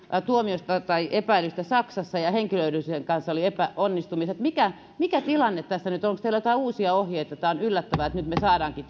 tuomiosta tai epäilystä saksassa ja henkilöllisyyden selvittämisen kanssa oli epäonnistuttu mikä mikä tilanne tässä nyt on onko teillä joitain uusia ohjeita tämä on yllättävää että nyt me saammekin